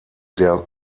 der